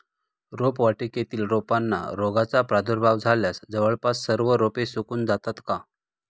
रोपवाटिकेतील रोपांना रोगाचा प्रादुर्भाव झाल्यास जवळपास सर्व रोपे सुकून जातात का?